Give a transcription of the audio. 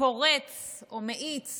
פורץ או מאיץ